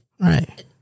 Right